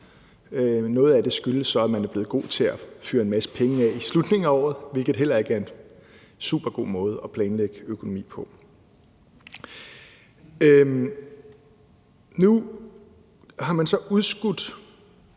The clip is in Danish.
noget af det skyldes så, at man er blevet god til at fyre en masse penge af i slutningen af året, hvilket heller ikke er en super god måde at planlægge økonomi på. Nu har man så udskudt